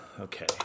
Okay